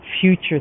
future